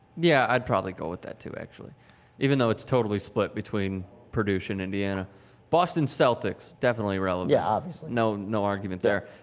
yeah i'd probably go with that too actually even though it's totally split between produce in indiana boston celtics definitely roundup yeah no no argument there